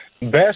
Best